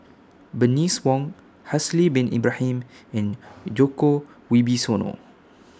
Bernice Wong Haslir Bin Ibrahim and Djoko Wibisono